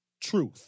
truth